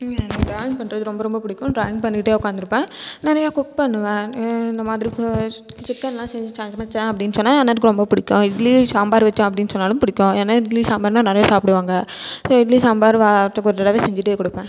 எனக்கு ட்ராயிங் பண்றது ரொம்ப ரொம்ப பிடிக்கும் ட்ராயிங் பண்ணிக்கிட்டே உட்கார்ந்துருப்பன் நெறைய குக் பண்ணுவன் இந்த மாதிரி சிக்கன்லாம் செஞ்சு அப்படினு சொன்னா என் அண்ணனுக்கு ரொம்பவும் பிடிக்கும் இட்லி சாம்பார் வச்சேன் அப்படினு சொன்னாலும் பிடிக்கும் ஏன்னா இட்லி சாம்பார்னா நிறையா சாப்பிடுவாங்க இட்லி சாம்பார் வாரத்துக்கு ஒரு தடவை செஞ்சுட்டே கொடுப்பன்